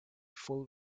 full